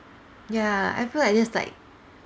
ya I feel like this is like